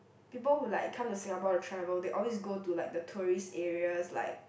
people who like come to Singapore to travel they always go to like the tourist areas like